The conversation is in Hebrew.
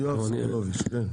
יואב סגלוביץ', כן.